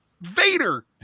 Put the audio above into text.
Vader